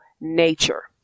nature